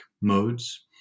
modes